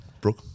Brooke